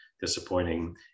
disappointing